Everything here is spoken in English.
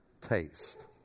taste